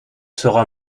sera